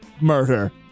murder